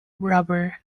rubber